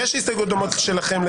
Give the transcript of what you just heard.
יש הסתייגויות דומות לשלכם,